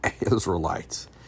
Israelites